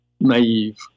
naive